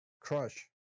crush